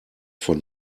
von